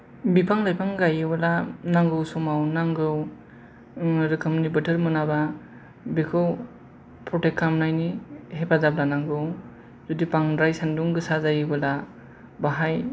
बिफां लाइफां गायोब्ला नांगौ समाव नांगौ रोखोमनि बोथोर मोनाबा बेखौ प्रतेक्त खालामनायनि हेफाजाब लानांगौ जुदि बांद्राय सानदुं गोसा जायोबोला बहाय